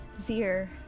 Zir